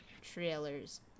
trailers